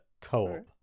co-op